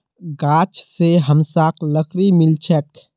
गाछ स हमसाक लकड़ी मिल छेक